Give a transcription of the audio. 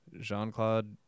Jean-Claude